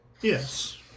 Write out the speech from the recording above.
Yes